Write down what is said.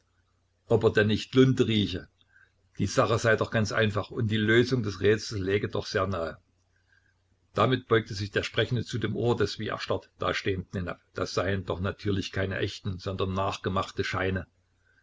ob er denn nicht lunte rieche die sache sei doch ganz einfach und die lösung des rätsels läge doch sehr nahe damit beugte sich der sprechende zu dem ohr des wie erstarrt dastehenden hinab das seien doch natürlich keine echten sondern nachgemachte scheine